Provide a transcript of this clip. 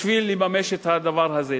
בשביל לממש את הדבר הזה.